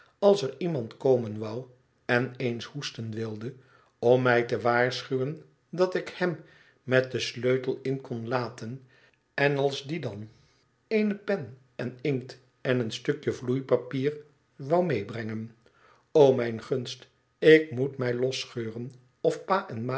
als er iemand komen wou en eens hoesten wilde om mij te waarschuwen dat ik hem met den sleutel in kon laten en als die dan eene pen en inkt en een stukje vloeipapier wou medebrengen o mijn gunst ik moet mij losscheuren of pa en